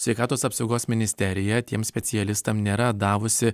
sveikatos apsaugos ministerija tiem specialistam nėra davusi